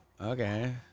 Okay